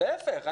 להיפך,